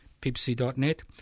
pipsy.net